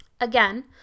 Again